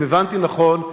אם הבנתי נכון,